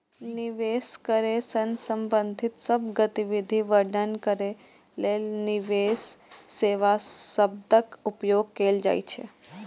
निवेश करै सं संबंधित सब गतिविधि वर्णन करै लेल निवेश सेवा शब्दक उपयोग कैल जाइ छै